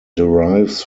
derives